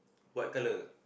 what colour